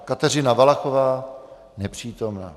Kateřina Valachová: Nepřítomna.